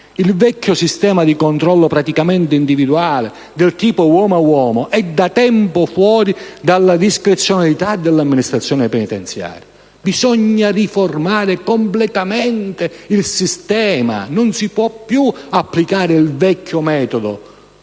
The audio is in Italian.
Il vecchio sistema di controllo individuale, del tipo «uomo a uomo», è da tempo fuori dalla discrezionalità dell'amministrazione penitenziaria. Bisogna riformare completamente il sistema. Non si può più applicare il vecchio metodo